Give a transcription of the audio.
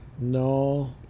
No